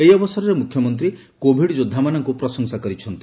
ଏହି ଅବସରରେ ମୁଖ୍ୟମନ୍ତୀ କୋଭିଡ୍ ଯୋବ୍ବାମାନଙ୍କୁ ପ୍ରଶଂସା କରିଛନ୍ତି